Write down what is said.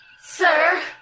Sir